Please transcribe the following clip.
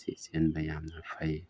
ꯆꯦꯛꯁꯤꯟꯕ ꯌꯥꯝꯅ ꯐꯩ